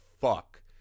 fuck